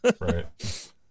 Right